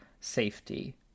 safety